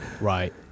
Right